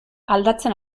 aldatzen